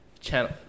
channel